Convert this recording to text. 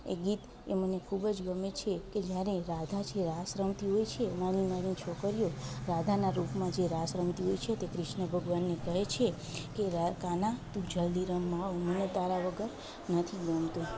એ ગીત એ મને ખૂબ જ ગમે છે કે જ્યારે રાધાજી રાસ રમતી હોય છે નાની નાની છોકરીઓ રાધાના રૂપમાં જે રાસ રમતી હોય છે તે ક્રિશ્ન ભગવાનને કહે છે કે રા કાના તું જલદી રમવા આવ મને તારા વગર નથી ગમતું